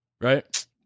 Right